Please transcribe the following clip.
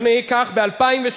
אדוני, כך ב-2013,